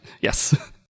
yes